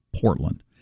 Portland